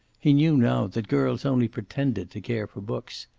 he knew now that girls only pretended to care for books.